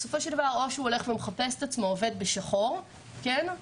שהוא הולך ומחפש את עצמו ועובד בשחור או